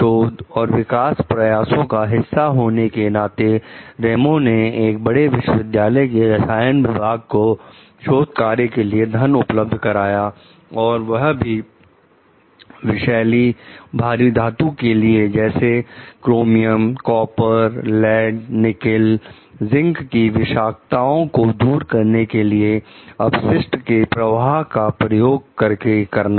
शोध एवं विकास प्रयासों का हिस्सा होने के नाते रेमो ने एक बड़े विश्वविद्यालय के रसायन विभाग को शोध कार्य के लिए धन उपलब्ध कराया और वह भी विषैली भारी धातु के लिए जैसे chromium copper lead nickel zinc की विषाक्तताको दूर करने के लिए अपशिष्ट के प्रवाह का प्रयोग करके करना